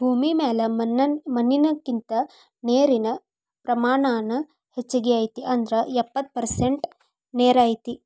ಭೂಮಿ ಮ್ಯಾಲ ಮಣ್ಣಿನಕಿಂತ ನೇರಿನ ಪ್ರಮಾಣಾನ ಹೆಚಗಿ ಐತಿ ಅಂದ್ರ ಎಪ್ಪತ್ತ ಪರಸೆಂಟ ನೇರ ಐತಿ